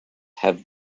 have